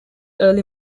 early